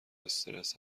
استرس